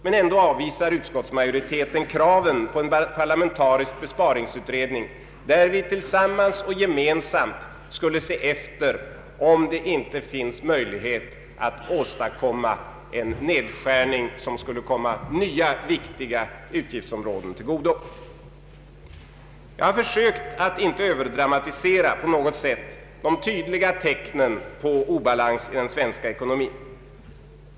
Men ändå avvisar utskottsmajoriteten kraven på en parlamentarisk besparingsutredning, där vi gemensamt skulle se efter om det inte finns möjlighet att göra en nedskärning som kunde komma nya, viktiga områden till godo. Jag har försökt att inte på något sätt överdramatisera de tydliga tecknen på obalans i den svenska ekonomin.